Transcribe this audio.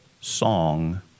song